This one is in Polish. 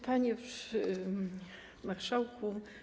Panie Marszałku!